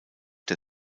der